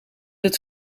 het